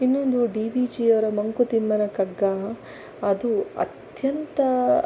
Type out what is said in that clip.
ಇನ್ನೊಂದು ಡಿವಿಜಿಯವರ ಮಂಕುತಿಮ್ಮನ ಕಗ್ಗ ಅದು ಅತ್ಯಂತ